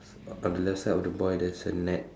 on the left side of the boy there's a net